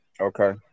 Okay